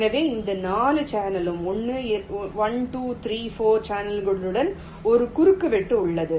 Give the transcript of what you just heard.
எனவே இந்த சேனலுடன் 1 2 3 4 சேனல்களுடன் ஒரு குறுக்குவெட்டு உள்ளது